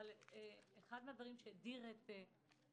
אבל אחד הדברים שהדיר את עיניי